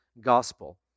gospel